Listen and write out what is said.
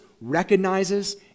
recognizes